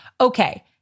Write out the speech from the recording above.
Okay